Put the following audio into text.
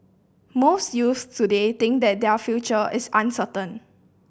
most youths today think that their future is uncertain